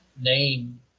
name